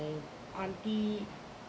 my aunty